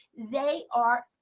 they are,